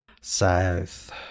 South